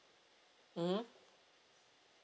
mmhmm